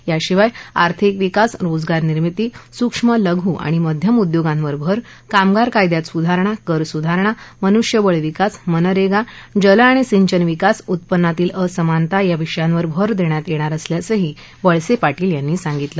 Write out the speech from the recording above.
याशिवाय आर्थिक विकास रोजगार निर्मिती सुक्ष्म लघु आणि मध्यम उद्योगांवर भर कामगार कायद्यात सुधारणा कर सुधारणा मनुष्यबळ विकास मनरात्रि जल आणि सिंचन विकास उत्पन्नातील असमानता या विषयांवर भर दख्यात यात्रार असल्याचंही वळसप्रिटील यांनी सांगितलं